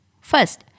First